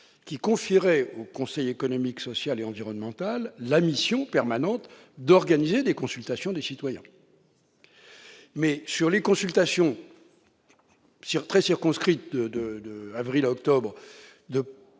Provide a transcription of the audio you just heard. qui confierait au Conseil économique, social et environnemental la mission permanente d'organiser des consultations de citoyens. S'agissant de ces consultations très circonscrites de précampagne